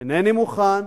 אינני מוכן,